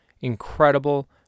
incredible